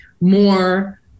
more